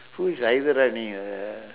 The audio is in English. who is uh